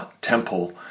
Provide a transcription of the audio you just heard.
temple